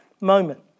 moment